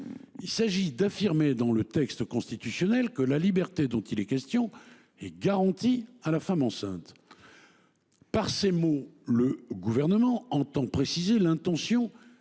Il s’agit d’affirmer dans le texte constitutionnel que la liberté dont il est question est « garantie » à la femme enceinte. Par ces mots, le Gouvernement entend préciser l’intention